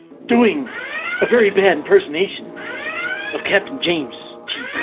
doing a very bad person ation of kept james